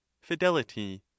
fidelity